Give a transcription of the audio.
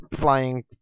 flying